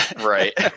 Right